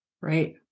right